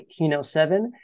1907